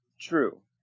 True